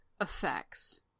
effects